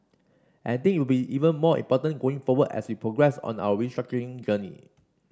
and I think it will be even more important going forward as we progress on our restructuring journey